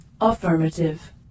Affirmative